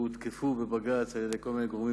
הן הותקפו בבג"ץ על-ידי כל מיני גורמים